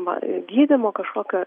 va gydymo kažkokio